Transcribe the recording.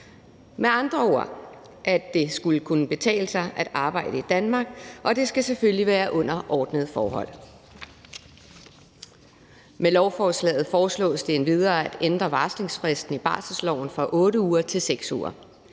Med andre ord skal det kunne betale sig at arbejde i Danmark, og det skal selvfølgelig være under ordnede forhold. Med lovforslaget foreslås det endvidere at ændre varslingsfristen i barselsloven fra 8 uger til 6 uger.